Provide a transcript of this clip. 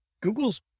Google's